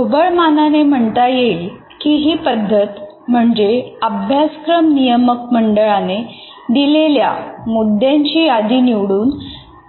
ढोबळ मानाने म्हणता येईल ही पद्धत म्हणजे अभ्यासक्रम नियामक मंडळाने दिलेल्या मुद्द्यांची यादी निवडून